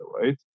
right